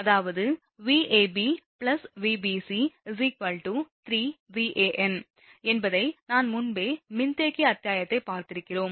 அதாவது Vab Vbc 3 Van என்பதை நாம் முன்பே மின்தேக்கி அத்தியாயத்தை பார்த்திருக்கிறோம்